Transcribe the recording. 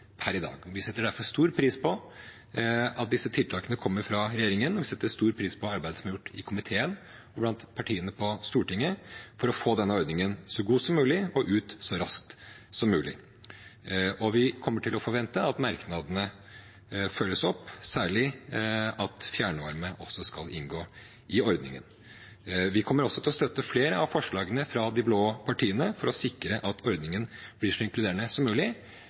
per i dag. Vi setter derfor stor pris på at disse tiltakene kommer fra regjeringen, og vi setter stor pris på arbeidet som er gjort i komiteen og blant partiene på Stortinget for å få denne ordningen så god som mulig, og ut så raskt som mulig. Vi forventer at merknadene følges opp, særlig at fjernvarme også skal inngå i ordningen. Vi kommer også til å støtte flere av forslagene fra de blå partiene for å sikre at ordningen blir så inkluderende som mulig,